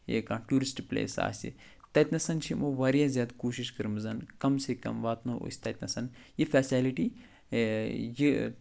یا کانٛہہ tourist police آسہِ تَتنَس چھِ یِمَو واریاہ زیادٕ کوٗشِش کٔرٕمٕژَن کم سے کم واتٕنَو أسۍ تَتہِ نَس یہِ فٮ۪سَلٕٹی یہِ